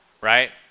right